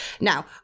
now